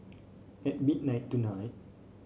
at midnight tonight